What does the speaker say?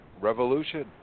Revolution